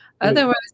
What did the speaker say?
Otherwise